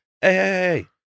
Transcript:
hey